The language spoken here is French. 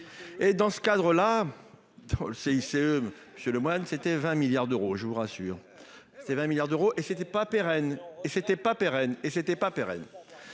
Et dans ce cadre là dans le CICE. Monsieur Lemoine, c'était 20 milliards d'euros. Je vous rassure. Ces 20 milliards d'euros et ce n'était pas pérenne et c'était pas pérenne et ce n'était pas pérenne.